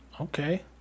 okay